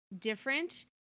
different